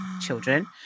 children